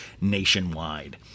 nationwide